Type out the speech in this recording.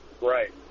Right